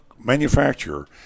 manufacturer